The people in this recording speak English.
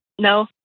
No